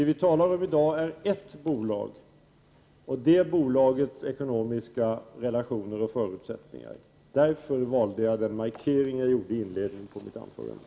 Vi talar i dag om ett bolag och det bolagets ekonomiska relationer och förutsättningar. Det var därför jag valde att göra den markering jag gjorde i mitt inledningsanförande.